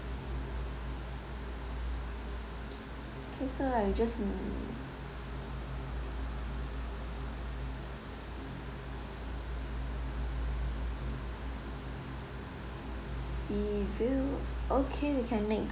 okay so I just mm sea view okay we can make